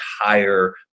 higher